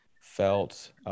felt